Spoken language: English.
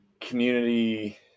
community